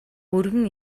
өргөн